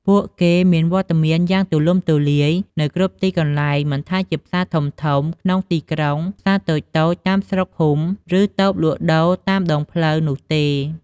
ពួកគេមានវត្តមានយ៉ាងទូលំទូលាយនៅគ្រប់ទីកន្លែង មិនថាជាផ្សារធំៗក្នុងទីក្រុង ផ្សារតូចៗតាមស្រុកភូមិ ឬតូបលក់ដូរតាមដងផ្លូវនោះទេ។